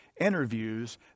interviews